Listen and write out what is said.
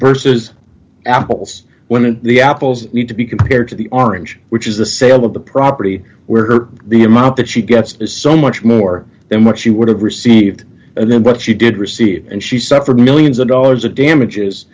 versus apples when the apples need to be compared to the our image which is the sale of the property where the amount that she gets is so much more than what she would have received and then what she did receive and she suffered millions of dollars